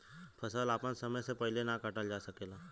फसल आपन समय से पहिले ना काटल जा सकेला